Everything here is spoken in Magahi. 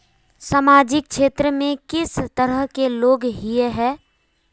सामाजिक क्षेत्र में किस तरह के लोग हिये है?